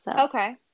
Okay